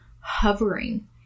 hovering